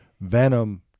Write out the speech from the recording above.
Venom